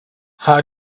how